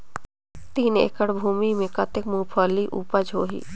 तीन एकड़ भूमि मे कतेक मुंगफली उपज होही?